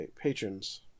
Patrons